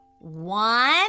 One